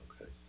Okay